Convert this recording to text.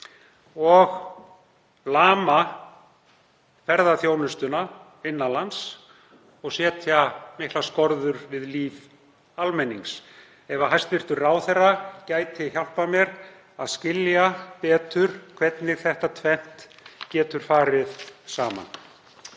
og lama ferðaþjónustuna innan lands og setja miklar skorður við líf almennings. Ef hæstv. ráðherra gæti hjálpað mér að skilja betur hvernig þetta tvennt getur farið saman.